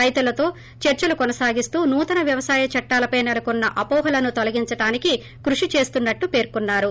రైతులతో చర్సలు కొనసాగిస్తూ నూతన వ్యవసాయ చట్టలపే నెలకున్న అపోహలను తొలగించడానికి కృషి చేస్తున్నట్లు పేర్కొన్నారు